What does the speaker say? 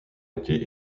été